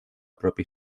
propi